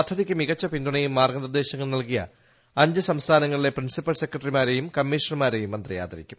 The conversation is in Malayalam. പദ്ധതിക്ക് മികച്ച പിന്തുണയും മാർഗനിർദ്ദേശങ്ങളും നൽകിയ അഞ്ച് സംസ്ഥാനങ്ങളിലെ പ്രിൻസിപ്പൽ സെക്രട്ടറിമാരെയും കമ്മീഷണർമാരെയും മന്ത്രി ആദരിക്കും